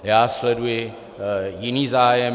Já sleduji jiný zájem.